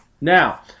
Now